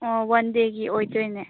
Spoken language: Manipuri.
ꯑꯣ ꯋꯥꯟꯗꯦꯒꯤ ꯑꯣꯗꯣꯏꯅꯦ